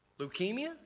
Leukemia